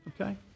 Okay